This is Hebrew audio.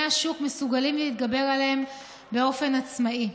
השוק מסוגלים להתגבר עליהם באופן עצמאי,